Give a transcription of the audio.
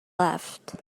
left